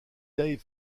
dave